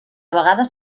vegades